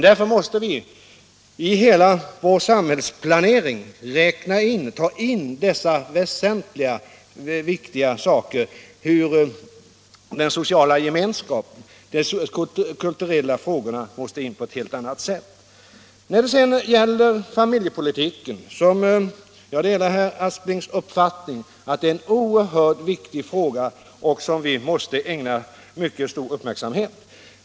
Därför måste vi i hela vår samhällsplanering på ett helt annat sätt än tidigare ta med de väsentliga frågorna om den sociala gemenskapen När det gäller familjepolitiken delar jag herr Asplings uppfattning att detta är en mycket viktig fråga, som vi måste ägna stor uppmärksamhet.